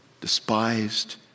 despised